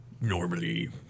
normally